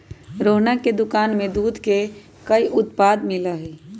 रोहना के दुकान में दूध के कई उत्पाद मिला हई